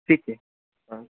ফ্রিতে